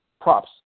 props